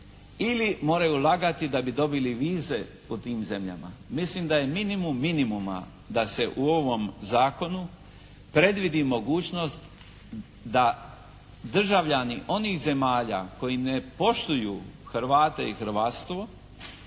ili moraju lagati da bi dobili vize u tim zemljama. Mislim da je minimum minimuma da se u ovom zakonu predvidi mogućnost da državljani koji ne poštuju Hrvate i hrvatstvo